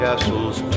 Castles